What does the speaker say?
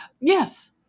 Yes